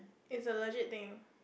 is a legit thing